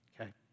Okay